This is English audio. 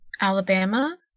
Alabama